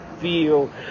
feel